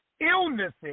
illnesses